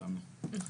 לא שילמנו.